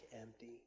empty